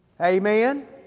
Amen